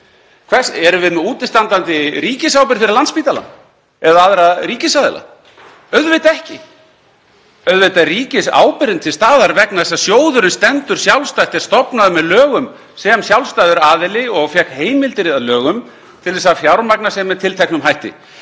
Erum við með útistandandi ríkisábyrgð fyrir Landspítalann eða aðra ríkisaðila? Auðvitað ekki. Auðvitað er ríkisábyrgðin til staðar vegna þess að sjóðurinn stendur sjálfstætt, er stofnaður með lögum sem sjálfstæður aðili og fékk heimildir að lögum til þess að fjármagna sig með tilteknum hætti.